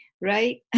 right